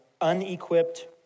unequipped